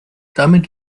damit